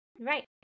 Right